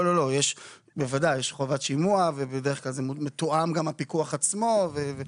יש חובת שימוע ומתואם גם הפיקוח עצמו.